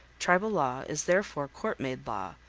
tribal law is therefore court-made law,